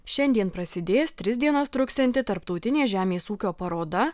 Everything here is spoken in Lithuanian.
šiandien prasidės tris dienas truksianti tarptautinė žemės ūkio paroda